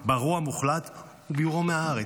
ברוע המוחלט וביעורו מן הארץ.